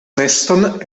neston